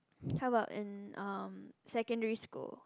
how about in um secondary school